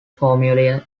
formulae